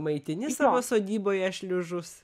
maitini savo sodyboje šliužus